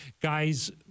guys